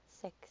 six